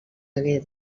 hagué